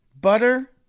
Butter